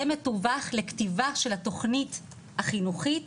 זה מתווך לכתיבה של התכנית החינוכית,